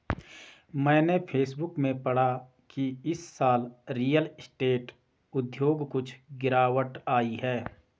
मैंने फेसबुक में पढ़ा की इस साल रियल स्टेट उद्योग कुछ गिरावट आई है